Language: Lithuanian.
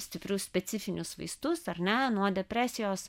stiprius specifinius vaistus ar ne nuo depresijos